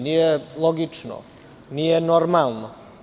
Nije logično, nije normalno.